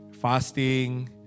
Fasting